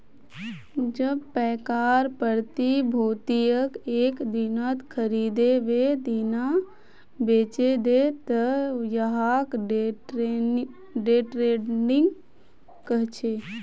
जब पैकार प्रतिभूतियक एक दिनत खरीदे वेय दिना बेचे दे त यहाक डे ट्रेडिंग कह छे